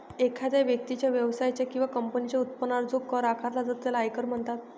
एखाद्या व्यक्तीच्या, व्यवसायाच्या किंवा कंपनीच्या उत्पन्नावर जो कर आकारला जातो त्याला आयकर म्हणतात